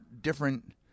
different